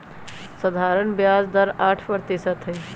सधारण ब्याज के दर आठ परतिशत हई